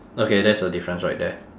okay that's a difference right there